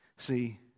See